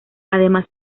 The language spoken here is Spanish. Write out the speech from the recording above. además